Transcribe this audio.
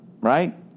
right